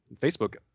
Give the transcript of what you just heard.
Facebook